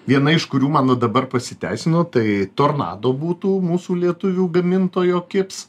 viena iš kurių man va dabar pasiteisino tai tornado būtų mūsų lietuvių gamintojo kibs